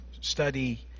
study